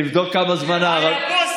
תבדוק כמה זמן הערבים,